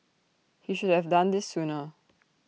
he should have done this sooner